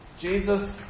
Jesus